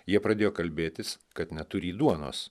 jie pradėjo kalbėtis kad neturį duonos